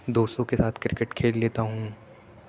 دوستوں کے ساتھ کرکٹ کھیل لیتا ہوں